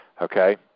Okay